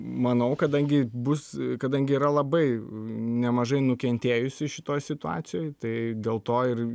manau kadangi bus kadangi yra labai nemažai nukentėjusių šitoj situacijoj tai dėl to ir